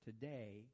today